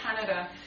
Canada